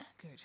Good